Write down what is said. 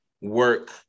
work